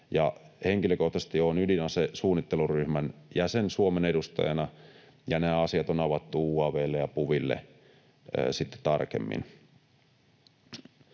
henkilökohtaisesti olen ydinasesuunnitteluryhmän jäsen Suomen edustajana, ja nämä asiat on avattu UaV:lle ja PuVille sitten tarkemmin.